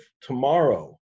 tomorrow